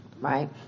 Right